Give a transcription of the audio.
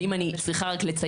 ואם אני צריכה רק לציין,